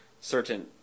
certain